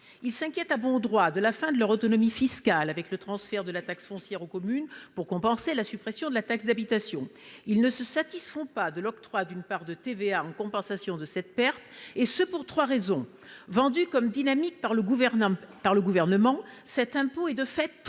Ils s'inquiètent à bon droit de la fin de leur autonomie fiscale avec le transfert de la taxe foncière aux communes pour compenser la suppression de la taxe d'habitation. Ils ne se satisfont pas de l'octroi d'une part de TVA en compensation de cette perte, et ce pour trois raisons. Vendu comme dynamique par le Gouvernement, cet impôt est de fait